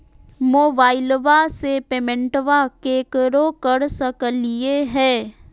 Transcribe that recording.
मोबाइलबा से पेमेंटबा केकरो कर सकलिए है?